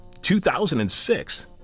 2006